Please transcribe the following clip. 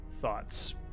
thoughts